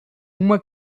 uma